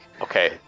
Okay